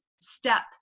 step